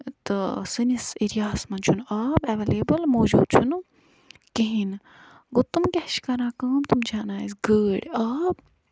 تہٕ سٲنِس ایریاہس منٛز چھُنہٕ آب ایویلیبٕل موٗجوٗد چھُنہٕ کِہیٖنۍ نہٕ گوٚو تِم کیاہ چھِ کران کٲم تِم چھِ اَنان اسہِ گٲڑۍ آب